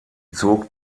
zog